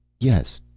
yes.